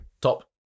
Top